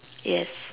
yes